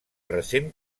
recent